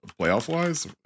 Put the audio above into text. playoff-wise